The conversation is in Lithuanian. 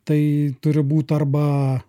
tai turi būt arba